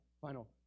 final